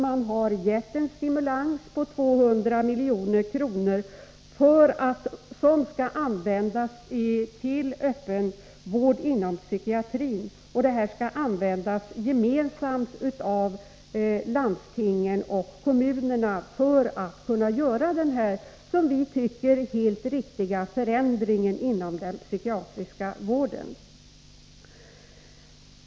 Man har givit en stimulans på 200 milj.kr. som skall användas till öppen vård inom psykiatrin gemensamt av landsting och kommuner för att de skall kunna göra denna som vi tycker helt riktiga förändring inom den psykiatriska vården.